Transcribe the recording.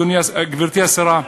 גברתי השרה,